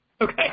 Okay